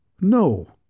No